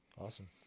Awesome